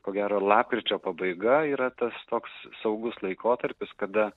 ko gero lapkričio pabaiga yra tas toks saugus laikotarpis kada